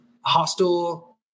hostel